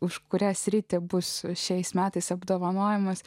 už kurią sritį bus šiais metais apdovanojimas